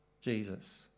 Jesus